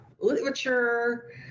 literature